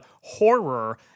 horror